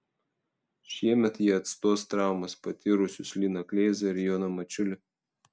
šiemet jie atstos traumas patyrusius liną kleizą ir joną mačiulį